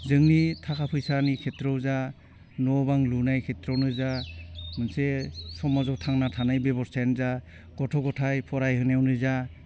जोंनि थाखा फैसानि खेथ्रआव जा न' बां लुनाय खेथ्रआवनो जा मोनसे समाजाव थांना थानाय बेब'स्थायानो जा गथ' गथाय फरायहोनायावनो जा